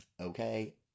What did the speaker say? Okay